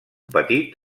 petit